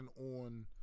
on